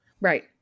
Right